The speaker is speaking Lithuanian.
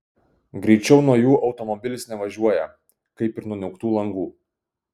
greičiau nuo jų automobilis nevažiuoja kaip ir nuo niauktų langų